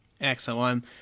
Excellent